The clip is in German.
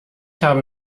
habe